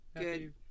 Good